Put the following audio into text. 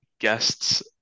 guests